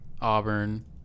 auburn